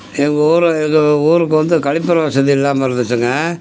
எங்கள் ஊரில் எங்கள் ஊருக்கு வந்து கழிப்பற வசதி இல்லாமல் இருந்துச்சுங்க